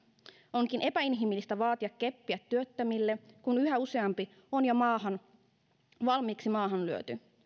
onkin epäinhimillistä vaatia keppiä työttömille kun yhä useampi on jo valmiiksi maahan lyöty